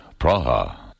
Praha